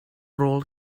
rôl